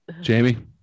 Jamie